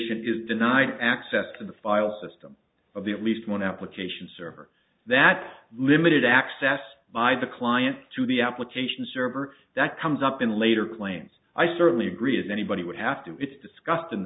nt is denied access to the file system of the at least one application server that limited access by the client to the application server that comes up in later claims i certainly agree as anybody would have to it's discus